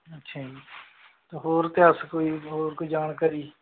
ਅੱਛਿਆ ਜੀ ਅਤੇ ਹੋਰ ਇਤਿਹਾਸ ਕੋਈ ਹੋਰ ਕੋਈ ਜਾਣਕਾਰੀ